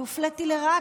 אני הופליתי לרעה.